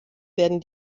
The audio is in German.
werden